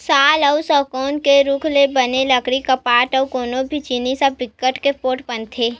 साल अउ सउगौन के रूख ले बने खिड़की, कपाट अउ कोनो भी जिनिस ह बिकट के पोठ बनथे